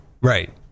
right